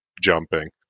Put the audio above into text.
jumping